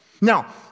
Now